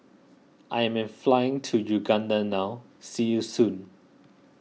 I am flying to Uganda now see you soon